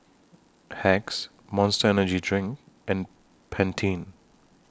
Hacks Monster Energy Drink and Pantene